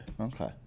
Okay